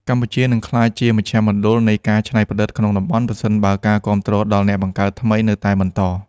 កម្ពុជានឹងក្លាយជាមជ្ឈមណ្ឌលនៃការច្នៃប្រឌិតក្នុងតំបន់ ប្រសិនបើការគាំទ្រដល់អ្នកបង្កើតថ្មីនៅតែបន្ត។